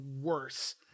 worse